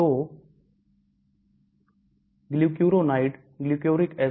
तो glucuronide glucuronic acid के साथ अन्य एक sulfate